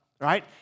right